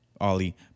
ollie